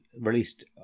released